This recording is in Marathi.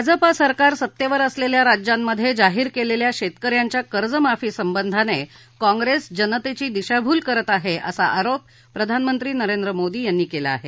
भाजपा सरकार सत्तेवर असलेल्या राज्यामधे जाहीर केलेल्या शेतक यांच्या कर्जमाफीसंबंधाने काँग्रेस जनतेची दिशाभूल करत आहे असा आरोप प्रधानमंत्री नरेंद्र मोदी यांनी केली आहे